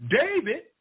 David